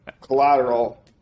collateral